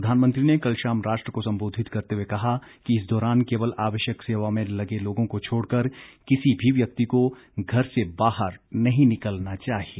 प्रधानमंत्री ने कल शाम राष्ट्र को संबोधित करते हुए कहा कि इस दौरान केवल आवश्यक सेवा में लगे लोगों को छोड़कर किसी भी व्यक्ति को घर से बाहर नहीं निकलना चाहिए